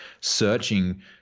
searching